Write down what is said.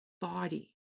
body